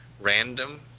random